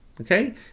okay